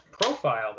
profile